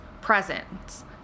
presence